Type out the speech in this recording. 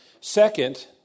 Second